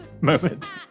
moment